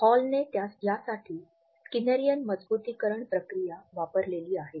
हॉलने यासाठी स्किनरियन मजबुतीकरण प्रक्रिया वापरलेली आहे